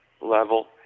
level